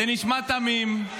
זה נשמע תמים,